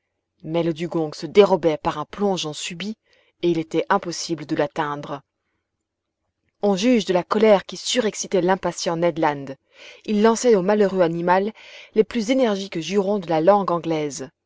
mais le dugong se dérobait par un plongeon subit et il était impossible de l'atteindre on juge de la colère qui surexcitait l'impatient ned land il lançait au malheureux animal les plus énergiques jurons de la langue anglaise